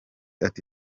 ati